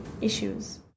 issues